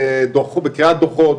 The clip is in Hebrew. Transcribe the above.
בקריאת דוחות,